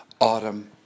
Autumn